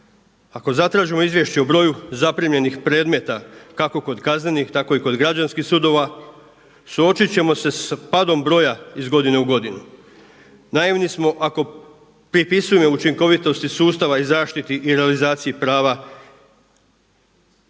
Ako zatražimo izvješće o broju zaprimljenih predmeta kako kod kaznenih, tako i kod građanskih sudova suočit ćemo se sa padom broja iz godine u godinu. Naivni smo ako pripisujemo neučinkovitosti sustava i zaštiti i realizaciji prava ili